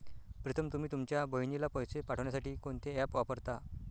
प्रीतम तुम्ही तुमच्या बहिणीला पैसे पाठवण्यासाठी कोणते ऍप वापरता?